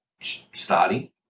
starting